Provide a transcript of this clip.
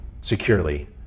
securely